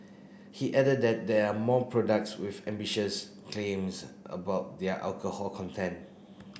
he added that there are more products with ambitious claims about their alcohol content